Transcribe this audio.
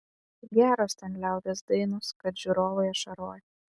geros ten liaudies dainos kad žiūrovai ašaroja